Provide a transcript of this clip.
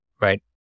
Right